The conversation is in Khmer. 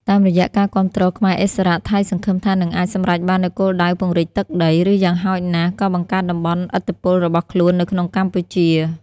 តាមរយៈការគាំទ្រខ្មែរឥស្សរៈ ថៃសង្ឃឹមថានឹងអាចសម្រេចបាននូវគោលដៅពង្រីកទឹកដី ឬយ៉ាងហោចណាស់ក៏បង្កើតតំបន់ឥទ្ធិពលរបស់ខ្លួននៅក្នុងកម្ពុជា។